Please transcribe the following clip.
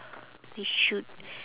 you should